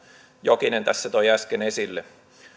jokinen tässä toi äsken esille